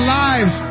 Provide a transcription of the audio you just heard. lives